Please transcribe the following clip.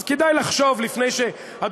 אז כדאי לחשוב לפני שחותמים פה,